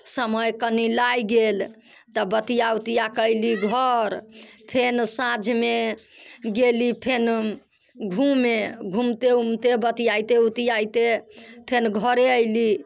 समय कनी लागि गेल तऽ बतिया उतिया कऽ अइली घर फेन सांझमे गेली फेन घूमे घूमते उमते बतियाइते उतियाइते फेन घरे अइली